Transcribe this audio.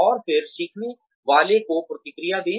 और फिर सीखने वाले को प्रतिक्रिया दें